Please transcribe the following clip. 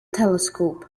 telescope